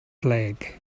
flag